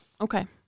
Okay